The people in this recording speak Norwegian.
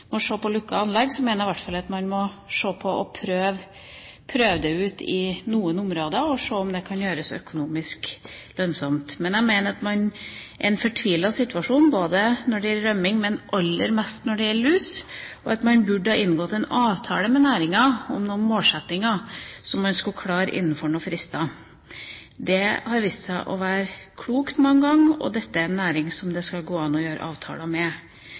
må prøve det ut i noen områder og se om det kan gjøres økonomisk lønnsomt. Men jeg mener at man i en fortvilet situasjon både når det gjelder rømming og aller mest når det gjelder lus, burde ha inngått en avtale med næringa om noen målsettinger som man skulle klare innenfor noen frister. Det har vist seg å være klokt mange ganger, og dette er en næring som det skal gå an å gjøre avtaler med.